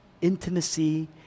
Intimacy